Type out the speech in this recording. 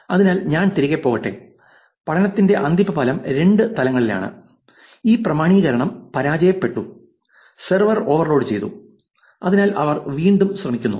അതിനാൽ ഞാൻ തിരികെ പോകട്ടെ പഠനത്തിന്റെ അന്തിമഫലം രണ്ട് തലങ്ങളിലാണ് ഈ പ്രാമാണീകരണം പരാജയപ്പെട്ടു സെർവർ ഓവർലോഡ് ചെയ്തു അതിനാൽ അവർ വീണ്ടും ശ്രമിക്കുന്നു